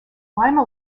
lima